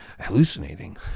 hallucinating